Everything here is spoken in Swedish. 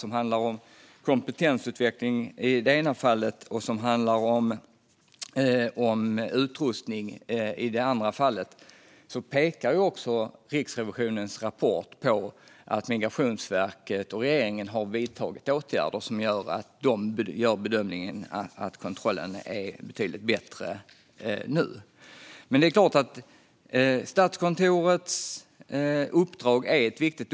Det handlar om kompetensutveckling i det ena fallet och utrustning i det andra. Riksrevisionens rapport pekar på att Migrationsverket och regeringen har vidtagit åtgärder, och man gör bedömningen att kontrollen är betydligt bättre nu. Men det är klart att Statskontorets uppdrag är viktigt.